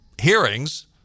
hearings